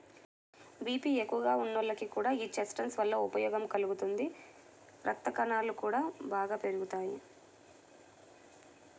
BP ఎక్కువగా ఉన్నోళ్లకి కూడా యీ చెస్ట్నట్స్ వల్ల ప్రయోజనం కలుగుతుంది, రక్తకణాలు గూడా బాగా పెరుగుతియ్యి